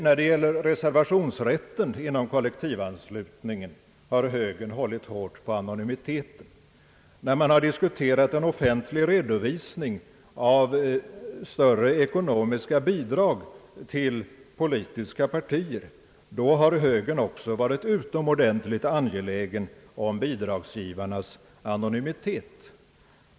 När det gäller reservationsrätten inom kollektivanslutningen har högern hållit på anonymiteten. När man har diskuterat en offentlig redovisning av större ekonomiska bidrag till politiska partier, har högern också varit utomordentligt angelägen om bidragsgivarnas anonymitet.